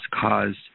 caused